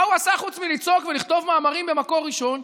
מה הוא עשה חוץ מלצעוק ולכתוב מאמרים במקור ראשון?